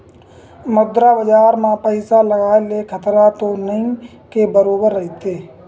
मुद्रा बजार म पइसा लगाय ले खतरा तो नइ के बरोबर रहिथे